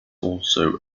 also